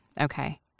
Okay